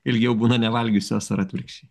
ilgiau būna nevalgiusios ar atvirkščiai